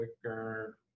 quicker